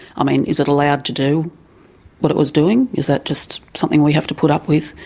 i mean, is it allowed to do what it was doing? is that just something we have to put up with?